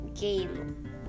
game